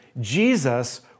Jesus